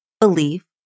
belief